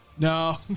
No